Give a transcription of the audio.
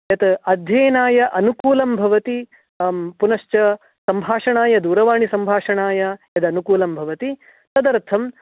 यत् अध्ययनाय अनुकूलं भवति पुनश्च सम्भाषणाय दूरवाणिसम्भाषणाय यदनुकूलं भवति तदर्थं